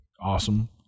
awesome